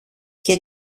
και